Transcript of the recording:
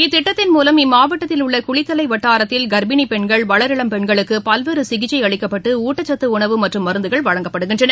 இத்திட்டத்தின் மூலம் இம்மாவட்டத்தில் உள்ளகுளித்தலைவட்டாரத்தில் கர்ப்பிணிபெண்கள் வளரிளம் பெண்களுக்குபல்வேறுசிகிச்சைஅளிக்கப்பட்டுஊட்டச்சத்துஉணவு மற்றும் மருந்துகள் வழங்கப்படுகின்றன